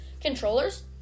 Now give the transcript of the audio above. controllers